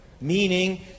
meaning